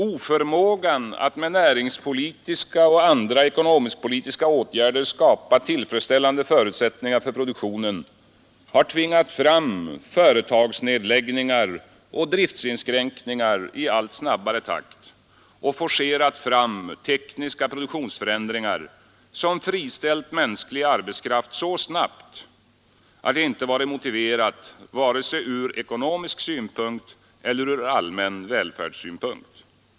Oförmågan att med näringspolitiska och andra ekonomisk-politiska åtgärder skapa tillfredsställande förutsättningar för produktionen har tvingat fram företagsnedläggningar och driftinskränkningar i allt snabbare takt och forcerat fram tekniska produktionsförändringar, som friställt mänsklig arbetskraft så snabbt att det inte varit motiverat vare sig ur ekonomisk synpunkt eller ur allmän välfärdssynpunkt.